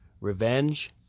revenge